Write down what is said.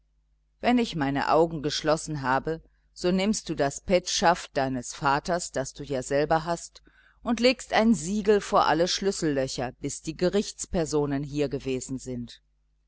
wenn ich meine augen geschlossen habe so nimmst du das petschaft deines vaters das du ja selber hast und legst ein siegel vor alle schlüssellöcher bis die gerichts personen hier gewesen sind